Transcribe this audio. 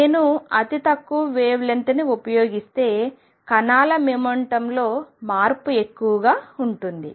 నేను అతి తక్కువ వేవ్ లెంగ్త్ తరంగదైర్ఘ్యంని ఉపయోగిస్తే కణాల మొమెంటంలో మార్పు ఎక్కువగా ఉంటుంది